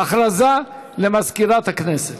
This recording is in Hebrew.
הודעה למזכירת הכנסת.